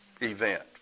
event